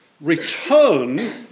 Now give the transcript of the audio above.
return